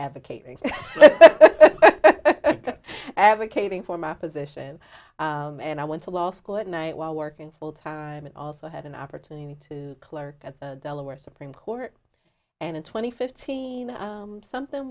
advocating advocating for my position and i went to law school at night while working full time and also had an opportunity to clerk at delaware supreme court and twenty fifty something